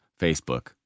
Facebook